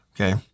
okay